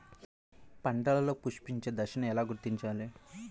పంటలలో పుష్పించే దశను ఎలా గుర్తించాలి?